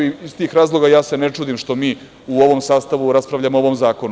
Iz tih razloga, ja se ne čudim što mi u ovom sastavu raspravljamo o ovom zakonu.